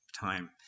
time